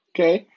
Okay